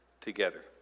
together